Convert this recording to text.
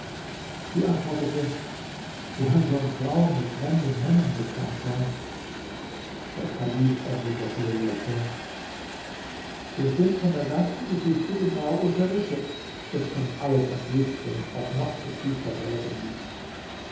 sie antwortete woher sollen frauen mit fremden männern bekannt sein der kalif erwiderte lächelnd wir sind von der ganzen geschichte genau unterrichtet es kommt alles ans licht wenn es auch noch so tief verborgen liegt